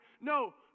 No